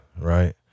Right